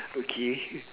okay